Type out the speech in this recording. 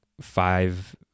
Five